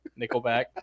Nickelback